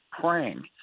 praying